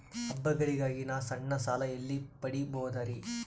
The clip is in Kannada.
ಹಬ್ಬಗಳಿಗಾಗಿ ನಾ ಸಣ್ಣ ಸಾಲ ಎಲ್ಲಿ ಪಡಿಬೋದರಿ?